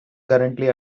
currently